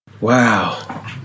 Wow